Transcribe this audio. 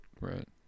right